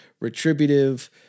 retributive